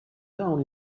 down